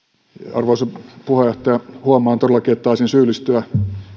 arvoisa puheenjohtaja huomaan todellakin että taisin syyllistyä